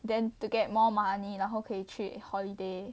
then to get more money 然后可以去 holiday